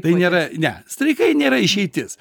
tai nėra ne streikai nėra išeitis